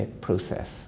process